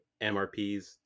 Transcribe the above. MRPs